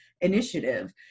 initiative